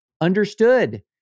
Understood